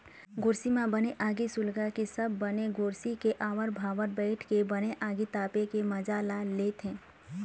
गोरसी म बने आगी सुलगाके सब बने गोरसी के आवर भावर बइठ के बने आगी तापे के मजा ल लेथे